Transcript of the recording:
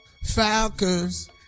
Falcons